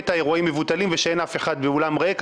את האירועים מבוטלים ושאין אף אחד והאולם ריק.